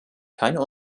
keine